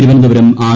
Thiruvananthapuram R